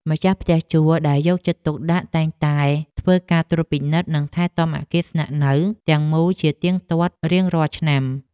ម្ចាស់ផ្ទះជួលដែលយកចិត្តទុកដាក់តែងតែធ្វើការត្រួតពិនិត្យនិងថែទាំអគារស្នាក់នៅទាំងមូលជាទៀងទាត់រៀងរាល់ឆ្នាំ។